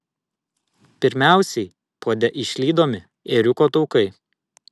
pirmiausiai puode išlydomi ėriuko taukai